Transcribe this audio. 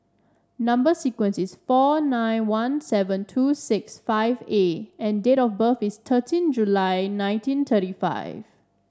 number sequence is four nine one seven two six five A and date of birth is thirteen July nineteen thirty five